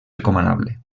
recomanable